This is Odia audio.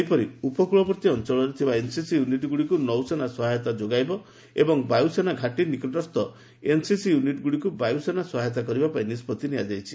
ସେହିପରି ଉପକୃଳବର୍ତ୍ତୀ ଅଞ୍ଚଳରେ ଥିବା ଏନ୍ସିସି ୟୁନିଟ୍ଗୁଡ଼ିକୁ ନୌସେନା ସହାୟତା ଯୋଗାଇବ ଏବଂ ବାୟୁସେନା ଘାଟୀ ନିକଟସ୍ଥ ଏନ୍ସିସି ୟୁନିଟ୍ଗୁଡ଼ିକୁ ବାୟୁସେନା ସହାୟତା କରିବା ପାଇଁ ନିଷ୍ପତ୍ତି ନିଆଯାଇଛି